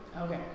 Okay